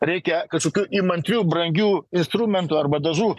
reikia kažkokių įmantrių brangių instrumentų arba dažų